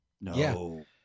no